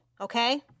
Okay